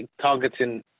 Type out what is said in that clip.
targeting